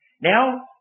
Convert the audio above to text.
Now